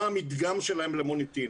מה המדגם שלהם למוניטין.